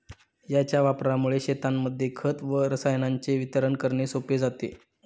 याच्या वापरामुळे शेतांमध्ये खत व रसायनांचे वितरण करणे सोपे जाते